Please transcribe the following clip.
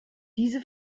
diese